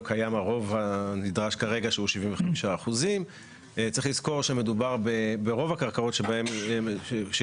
קיים הרוב הנדרש כרגע שהוא 75%. ברוב הקרקעות שיש קרקע